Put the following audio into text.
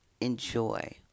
enjoy